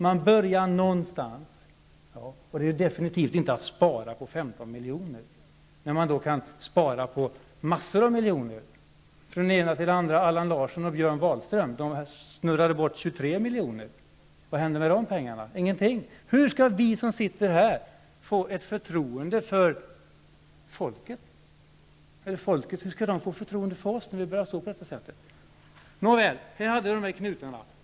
Man börjar någonstans, och det är definitivt inte med en besparing på 15 miljoner. Man kan ju spara in massor av miljoner. Från det ena till det andra: Allan Larsson och Björn Wahlström snurrade bort 23 miljoner. Vad hände med de pengarna? Ingenting! Hur skall vi som sitter här i riksdagen få ett förtroende från folket när vi bär oss åt på detta sätt? Nåväl, tillbaka till knutarna.